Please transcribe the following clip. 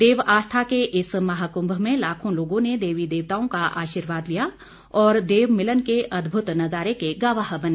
देव आस्था के इस महाकुंभ में लाखों लोगों ने देवी देवताओं का आशीर्वाद लिया और देव मिलन के अद्भुत नजारे के गवाह बने